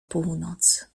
północ